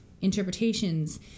interpretations